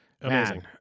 Amazing